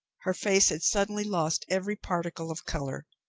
her face had suddenly lost every particle of colour.